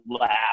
laugh